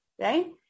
Right